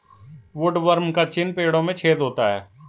woodworm का चिन्ह पेड़ों में छेद होता है